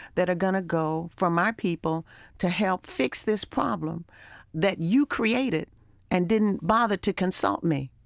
that are going to go from our people to help fix this problem that you created and didn't bother to consult me.